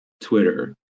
Twitter